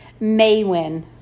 Maywin